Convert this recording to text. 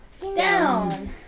down